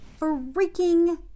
freaking